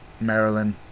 Maryland